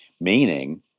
meaning